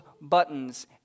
buttons